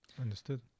Understood